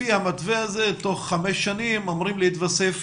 לפי המתווה הזה תוך חמש שנים אמורים להתווסף